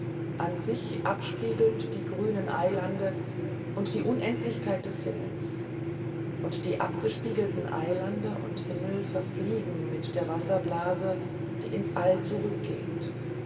in sich abspiegelnd die grünenden eilande und die unendlichkeit des himmels und die abgespiegelten eilande und himmel verfliegen mit der wasserblase die ins all zurückgeht